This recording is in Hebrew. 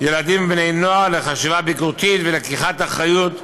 ילדים ובני נוער לחשיבה ביקורתית וללקיחת אחריות,